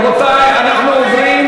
רבותי, אנחנו עוברים